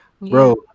bro